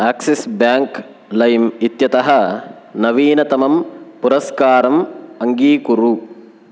Axis Bank लैम् इत्यतः नवीनतमं पुरस्कारम् अङ्गीकुरु